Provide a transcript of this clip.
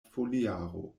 foliaro